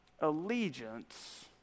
Allegiance